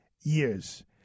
years